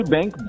Bank